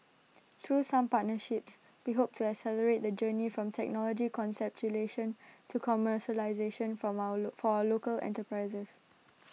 through some partnerships we hope to accelerate the journey from technology conceptualisation to commercialisation from our local for our local enterprises